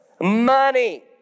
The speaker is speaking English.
Money